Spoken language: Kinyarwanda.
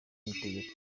itegeko